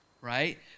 right